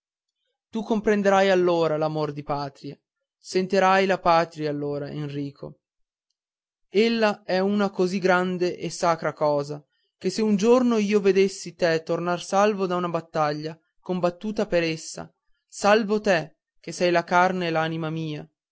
tu comprenderai allora l'amor di patria sentirai la patria allora enrico ella è una così grande e sacra cosa che se un giorno io vedessi te tornar salvo da una battaglia combattuta per essa salvo te che sei la carne e l'anima mia